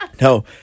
No